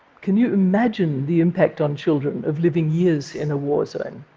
can you imagine the impact on children of living years in a war zone?